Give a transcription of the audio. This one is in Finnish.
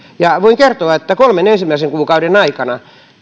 ja voin kertoa että kolmen ensimmäisen kuukauden aikana